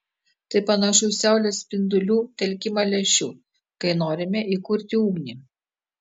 tai panašu į saulės spindulių telkimą lęšiu kai norime įkurti ugnį